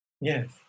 Yes